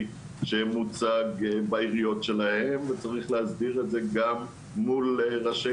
שמוצג בעיריות שלהם וצריך להסדיר את זה גם מול ראשי